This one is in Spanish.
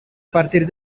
partir